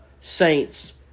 saints